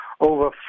over